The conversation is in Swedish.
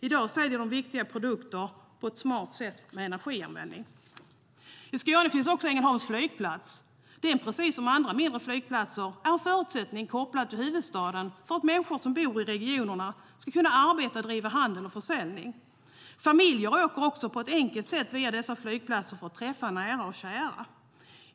I dag säljer de viktiga produkter på ett smart sätt med energianvändning.I Skåne finns också Ängelholms flygplats. Den, precis som andra mindre flygplatser, är en förutsättning kopplad till huvudstaden för att människor som bor i regionerna ska kunna arbeta, driva handel och försäljning. Familjer åker också på ett enkelt sätt via dessa flygplatser för att träffa nära och kära.